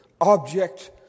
object